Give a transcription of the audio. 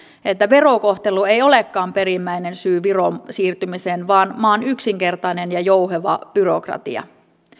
että verokohtelu ei olekaan perimmäinen syy viroon siirtymiseen vaan maan yksinkertainen ja jouheva byrokratia